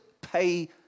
pay